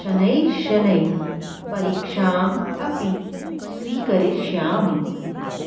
शनैश्शनैः परीक्षाम् अपि स्वीकरिष्यामि